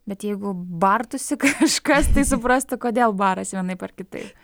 bet jeigu bartųsi kažkas tai suprastų kodėl barasi vienaip ar kitaip